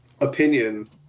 opinion